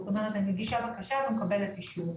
שאת אומרת אני מגישה בקשה ומקבלת אישור,